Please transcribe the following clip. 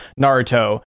naruto